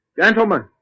Gentlemen